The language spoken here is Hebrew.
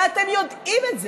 ואתם יודעים את זה.